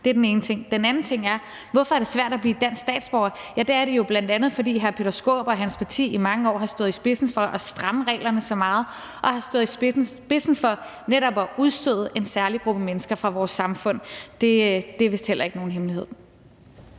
Det er den ene ting. Den anden ting er: Hvorfor er det svært at blive dansk statsborger? Det er det jo bl.a., fordi hr. Peter Skaarup og hans parti i mange år har stået i spidsen for at stramme reglerne så meget og har stået i spidsen for netop at udstøde en særlig gruppe mennesker fra vores samfund. Det er vist heller ikke nogen hemmelighed.